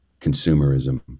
consumerism